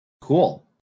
cool